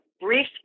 brief